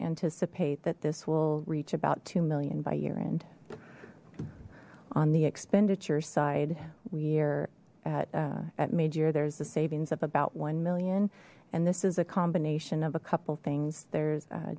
anticipate that this will reach about two million by year end on the expenditure side we are at mid year there's the savings of about one million and this is a combination of a couple things there's